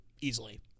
easily